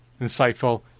insightful